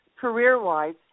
career-wise